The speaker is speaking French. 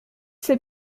ces